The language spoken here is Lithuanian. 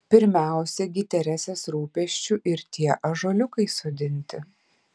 pirmiausia gi teresės rūpesčiu ir tie ąžuoliukai sodinti